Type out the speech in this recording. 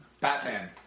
Batman